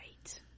right